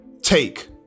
take